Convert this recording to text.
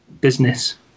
business